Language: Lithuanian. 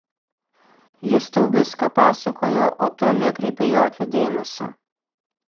jis tau viską pasakojo o tu nekreipei jokio dėmesio